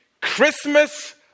christmas